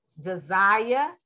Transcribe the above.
desire